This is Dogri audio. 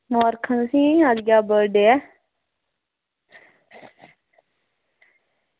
मबारखां तुसेंगी अज्ज तेरा बर्थ डे ऐ